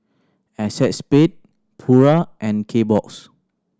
Acexspade Pura and Kbox